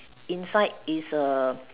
inside is a